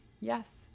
Yes